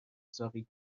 ساقی